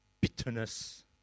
bitterness